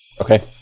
Okay